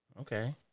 Okay